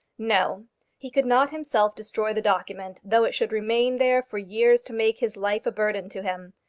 no he could not himself destroy the document, though it should remain there for years to make his life a burden to him.